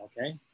okay